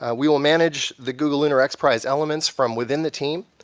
ah we will manage the google lunar x prize elements from within the team,